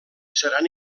seran